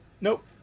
Nope